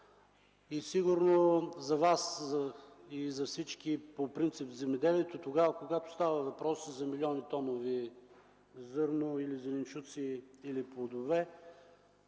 Сигурно за Вас и за всички по принцип в земеделието, когато става въпрос за милиони тонове зърно или зеленчуци, или плодове,